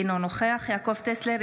אינו נוכח יעקב טסלר,